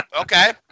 okay